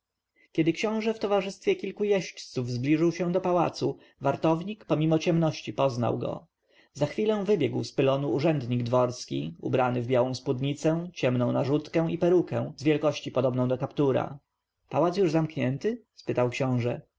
kiedy książę w towarzystwie kilku jeźdźców zbliżył się do pałacu wartownik pomimo ciemności poznał go za chwilę wybiegł z pylonu urzędnik dworski ubrany w białą spódnicę ciemną narzutkę i perukę z wielkości podobną do kaptura pałac już zamknięty spytał książę